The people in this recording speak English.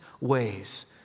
ways